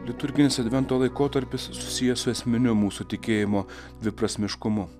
liturginis advento laikotarpis susijęs su esminiu mūsų tikėjimo viprasmiškumu